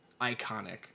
iconic